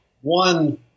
one